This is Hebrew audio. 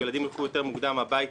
שילדים ילכו מוקדם יותר הביתה,